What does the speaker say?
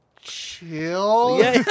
chill